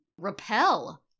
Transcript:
repel